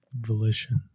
Volition